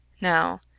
Now